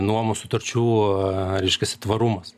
nuomos sutarčių reiškiasi tvarumas